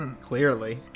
clearly